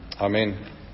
Amen